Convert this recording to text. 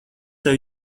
tev